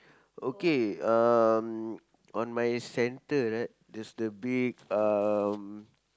okay um on my center right there's the big um